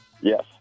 Yes